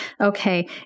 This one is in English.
Okay